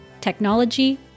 technology